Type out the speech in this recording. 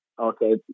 okay